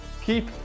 keep